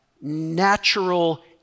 natural